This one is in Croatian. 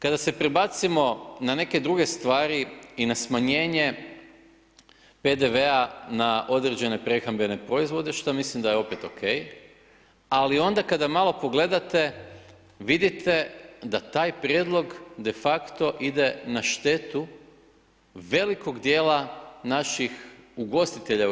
Kada se prebacimo na neke druge stvari i na smanjenje PDV-a na određene prehrambene proizvode, što mislim da je opet OK, ali onda kada malo pogledate vidite da taj prijedlog de facto ide na štetu velikog djela naših ugostitelja u RH.